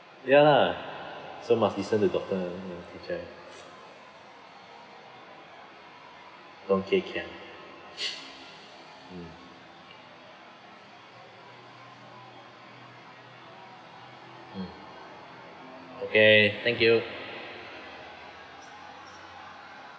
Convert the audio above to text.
ya lah so must listen the doctor and teacher okay can mm mm okay thank you